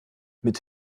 mit